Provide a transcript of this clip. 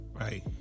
Right